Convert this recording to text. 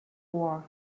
war